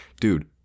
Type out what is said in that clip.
Dude